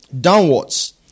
downwards